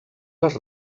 les